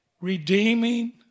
Redeeming